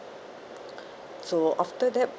so after that